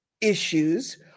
issues